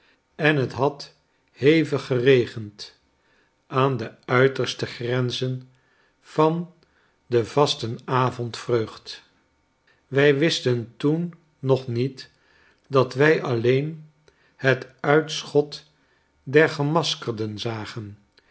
en het had hevig geregend aan de uiterste grenzen van de vastenavondvreugd wij wisten toen nog niet dat wij alleen het uitschot der gemaskerden zagen